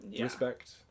respect